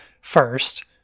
first